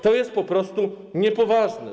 To jest po prostu niepoważne.